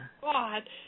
God